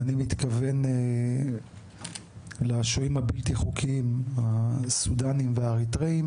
ואני מתכוון לשוהים הבלתי חוקיים הסודנים והאריתראים